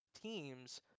teams